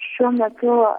šiuo metu